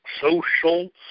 social